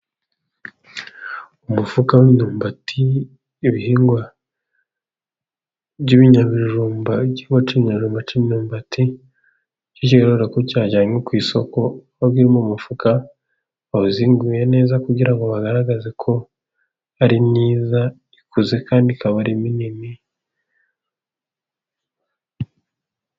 Umufuka w'imyumbati, ibihingwa by'ibinyabijumba by'iwacu, imyumbati ikigaragara ko yajyanywe ku isoko, mu mufuka bawuzinguye neza kugira ngo bagaragaze ko ari myiza, ikuze kandi ikaba ari minini.